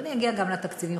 ואגיע גם לתקציבים,